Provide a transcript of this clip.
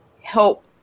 help